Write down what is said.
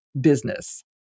business